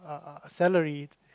uh salary